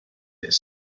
its